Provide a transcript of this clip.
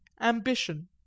ambition